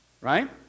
Right